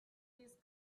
this